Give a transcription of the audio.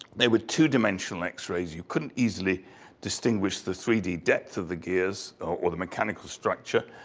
they were two dimensional x-rays, you couldn't easily distinguish the three d depth of the gears, or the mechanical structure.